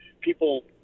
People